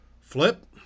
Flip